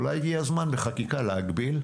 אולי הגיע הזמן בחקיקה להגביל?